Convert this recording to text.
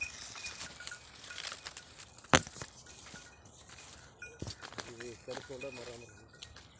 ಮಾರುಕಟ್ಟೆ ಮಾದರಿಯಲ್ಲಿ e commerce ಕಂಪನಿಗಳು ಯಾವ ಲೆಕ್ಕಪತ್ರ ನೇತಿಗಳನ್ನ ಬಳಸುತ್ತಾರಿ?